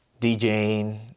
djing